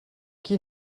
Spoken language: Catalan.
qui